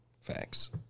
facts